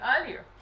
earlier